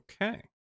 Okay